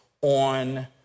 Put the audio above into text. on